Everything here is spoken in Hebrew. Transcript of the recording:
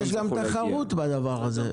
יש גם תחרות בדבר הזה.